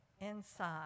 inside